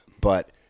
But-